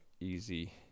easy